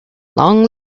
long